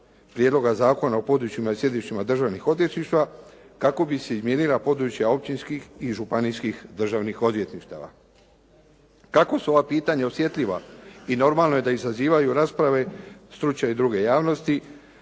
Prijedloga zakona o područjima i sjedištima državnih odvjetništva kako bi se izmijenila područja općinskih i županijskih državnih odvjetništava. Kako su ova pitanja osjetljiva i normalno je da izazivaju rasprave struke i druge javnosti,